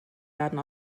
werden